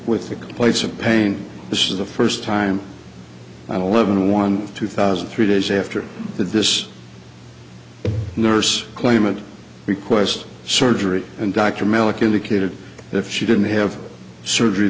with the complacent pain this is the first time i don't live in one two thousand three days after that this nurse claimant request surgery and dr malik indicated that if she didn't have surgery